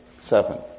seven